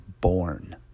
born